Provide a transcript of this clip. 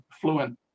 fluent